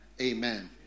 Amen